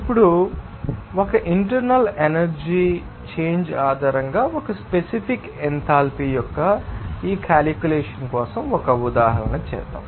ఇప్పుడు ఒక internal energy change ఆధారంగా ఒక స్పెసిఫిక్ ఎంథాల్పీ యొక్క ఈ కాలిక్యూలేషన్ కోసం ఒక ఉదాహరణ చేద్దాం